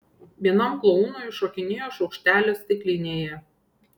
vienam klounui šokinėjo šaukštelis stiklinėje